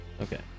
Okay